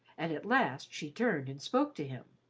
and at last she turned and spoke to him.